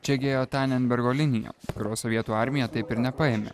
čiagi ėjo tanenbergo linija kurios sovietų armija taip ir nepaėmė